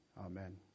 Amen